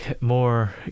more